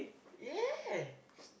yes